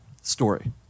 story